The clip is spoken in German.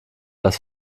das